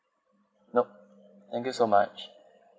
nope thank you so much